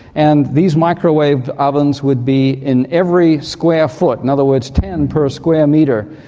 and these microwave ovens would be in every square foot, in other words ten per square metre,